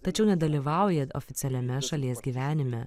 tačiau nedalyvauja oficialiame šalies gyvenime